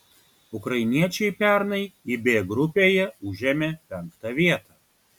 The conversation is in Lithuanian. ukrainiečiai pernai ib grupėje užėmė penktą vietą